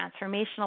transformational